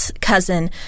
cousin